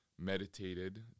meditated